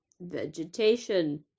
vegetation